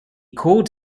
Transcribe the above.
called